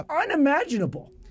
unimaginable